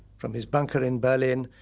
from his bunker in berlin,